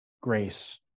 grace